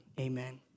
amen